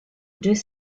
deux